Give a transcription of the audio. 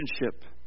relationship